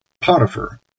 Potiphar